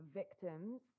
victims